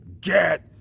get